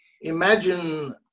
imagine